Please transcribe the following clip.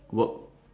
work